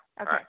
Okay